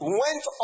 went